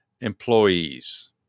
employees